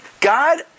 God